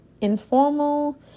informal